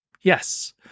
yes